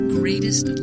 greatest